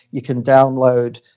you can download.